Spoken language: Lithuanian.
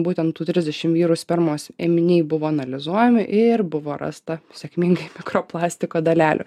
būtent tų trisdešimt vyrų spermos ėminiai buvo analizuojami ir buvo rasta sėkmingai mikro plastiko dalelių